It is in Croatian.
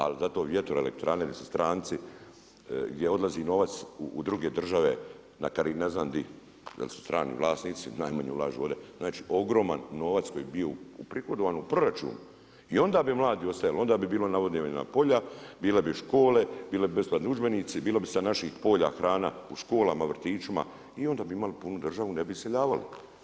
Ali zato vjetroelektrane gdje su stranci, gdje odlazi novac u druge države makar i ne znam gdje, jer su strani vlasnici, najmanje ulažu ovdje, znači ogroman novac koji bi bio uprihodovan u proračun i onda bi mladi ostajali, onda bi bila navodnjavana polja, bile bi škole, bili bi besplatni udžbenici, bilo bi sa naših polja, hrana, u školama, vrtićima i onda bi imali punu državu, ne bi iseljavali.